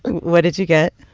what did you get?